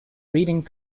reading